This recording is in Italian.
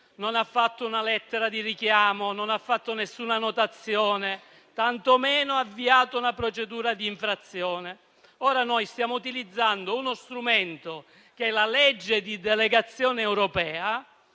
non ha inviato una lettera di richiamo, non ha fatto nessuna notazione, tantomeno ha avviato una procedura di infrazione. Noi stiamo utilizzando uno strumento, la legge di delegazione europea,